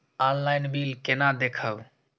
Online bill केना देखब?